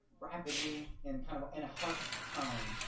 rapidly and kind of in a hushed tone